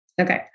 Okay